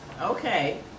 okay